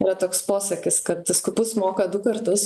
yra toks posakis kad skupus moka du kartus